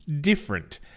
different